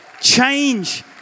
Change